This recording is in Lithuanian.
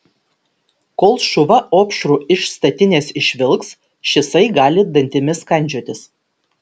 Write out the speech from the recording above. kol šuva opšrų iš statinės išvilks šisai gali dantimis kandžiotis